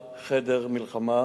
אדרבה,